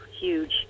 huge